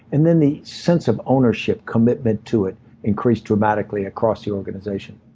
and then, the sense of ownership, commitment to it increased dramatically across the organization.